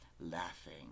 laughing